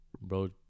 bro